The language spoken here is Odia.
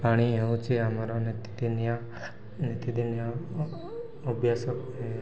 ପାଣି ହେଉଛି ଆମର ନିତିଦିନିଆ ନିତିଦିନିଆ ଅଭ୍ୟାସ